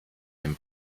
dem